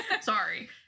sorry